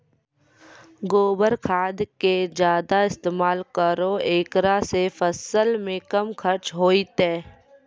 गोबर खाद के ज्यादा इस्तेमाल करौ ऐकरा से फसल मे कम खर्च होईतै?